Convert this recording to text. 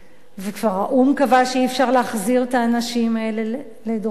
וכבר האו"ם קבע שאי-אפשר להחזיר את האנשים האלה לדרום-סודן?